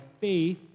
faith